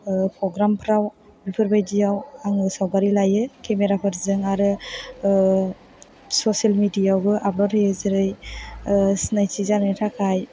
प्र'ग्रामफोराव बेफोरबायदियाव आङो सावगारि लायो केमेराफोरजों आरो ससियेल मिडियाआवबो आपल'ड होयो जेरै सिनायथि जानो थाखाय